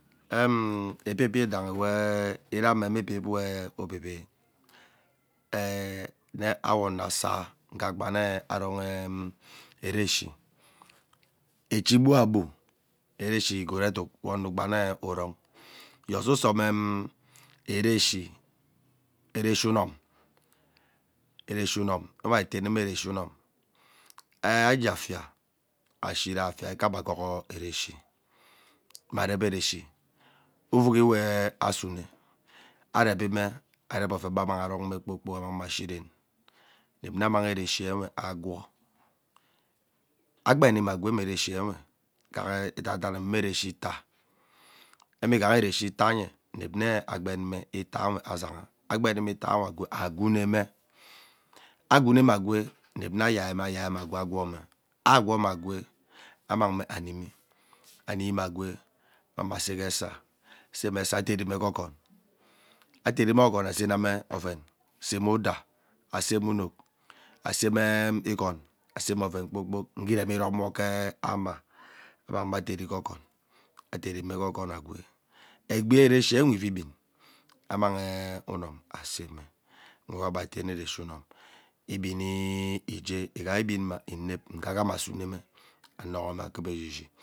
Mmm ibib yidahi wee irame mme ibib wee ubivi ee mee awo ono asaa nghee, agbana avon ereshi echi gboa gbo ereshi ighod eduk we ono gbane urong yee osuso mee ereshi, ereshi unom ereshi umon nwe itenenme ereshi unom ee ajee afia ashi rai afia ikagbe aghoo unom mme arep ereshi ovughe we asine arevi me arep oven gbe anang arong me kpoo kpok amangme ashi deen inep nne amang ereshi uwe agwoo agbem mme agwee ume ereshi nwe ighaha edad enime mme ereshi itaa mme ighaha ereshi ita nye inep nne agbenme itame asagha agbenime ita eme agwee agwueme, agwuneme agwee inep nma ayiame, ayiame agwee agwome agwome agwee amangme amimi ani mi me agwee amangme asege esaa aseme asaa amang me ederee gee oghon aderime ghee oghon azename oven asene udaa aseme uruk aseme eee ighoin aseme oven kpoo kpok nghe iromiromwe ghee ama amang mme aderi ghe oghon aderi ghee oghon agwee egbi ereshinwe amang ee unum aseme nwe agbe atene ereshi unom egbenii ijee igha eghinma inep nghaghama asuneme amoghome akuve eshi shi.